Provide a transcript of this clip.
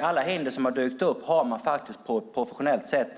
Alla hinder som dykt upp har man lyckats hantera på ett professionellt sätt